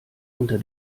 unter